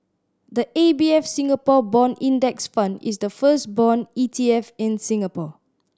the A B F Singapore Bond Index Fund is the first bond E T F in Singapore